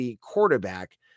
quarterback